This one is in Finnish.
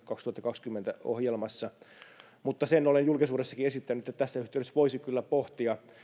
kaksituhattakaksikymmentä ohjelmassa olen julkisuudessakin esittänyt että tässä yhteydessä voisi kyllä pohtia